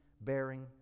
bearing